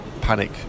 panic